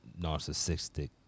narcissistic